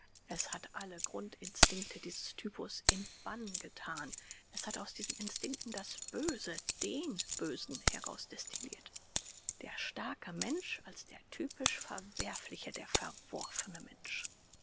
es hat alle grundinstinkte dieses typus in bann gethan es hat aus diesen instinkten das böse den bösen herausdestillirt der starke mensch als der typisch verwerfliche der verworfene mensch